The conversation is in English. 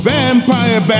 Vampire